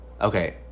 Okay